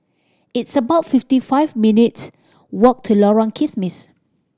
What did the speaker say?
it's about fifty five minutes' walk to Lorong Kismis